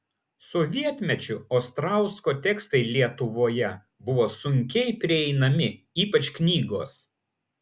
sovietmečiu ostrausko tekstai lietuvoje buvo sunkiai prieinami ypač knygos